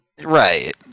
right